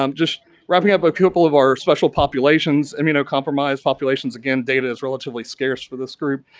um just wrapping up, a couple of our special populations, immunocompromised populations again data is relatively scarce for this group.